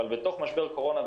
אבל בתוך משבר קורונה,